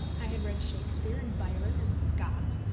i had read shakespeare and byron and scott,